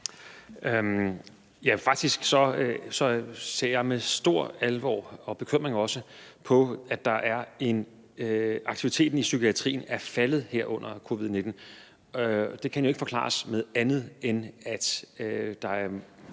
Jamen faktisk så ser jeg med stor alvor og også bekymring på, at aktiviteten i psykiatrien er faldet her under covid-19. Det kan jo ikke forklares med andet, end at der er